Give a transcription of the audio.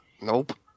Nope